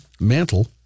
Mantle